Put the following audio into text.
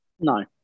No